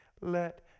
let